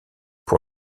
pour